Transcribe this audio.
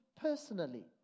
personally